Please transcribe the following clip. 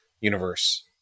universe